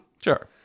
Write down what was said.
sure